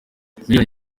miliyoni